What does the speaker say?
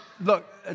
look